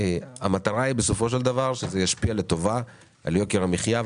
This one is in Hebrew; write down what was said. המטרה היא בסופו של דבר שזה ישפיע לטובה על יוקר המחייה,